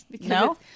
no